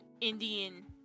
Indian